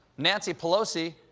nancy pelosi,